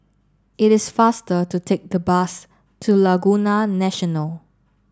it is faster to take the bus to Laguna National